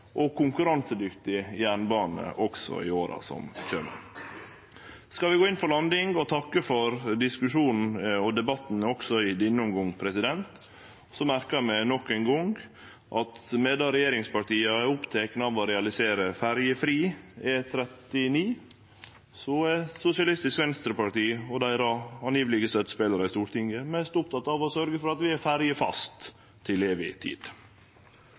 og konkurransedyktig jernbane også i åra som kjem. Så skal vi gå inn for landing og takke for diskusjonen, debatten, også i denne omgangen. Så merkar eg meg nok ein gong at medan regjeringspartia er opptekne av å realisere ferjefri E39, er Sosialistisk Venstreparti og deira påståtte støttespelarar i Stortinget mest opptekne av å sørgje for at vi er «ferjefaste» til evig tid.